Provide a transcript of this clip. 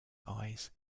eyes